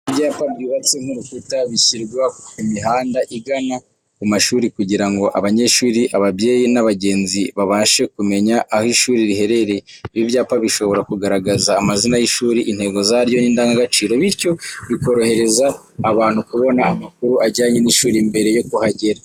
Ibyapa byubatse nk'urukuta bishyirwa ku mihanda igana ku mashuri kugira ngo abanyeshuri, ababyeyi, n'abagenzi babashe kumenya aho ishuri riherereye. Ibi byapa bishobora kugaragaza amazina y'ishuri, intego zaryo, n'indangagaciro, bityo bikorohereza abantu kubona amakuru ajyanye n'ishuri mbere yo kuhagera.